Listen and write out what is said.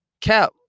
Cap